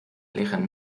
liggen